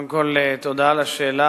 קודם כול תודה על השאלה.